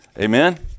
Amen